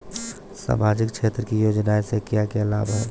सामाजिक क्षेत्र की योजनाएं से क्या क्या लाभ है?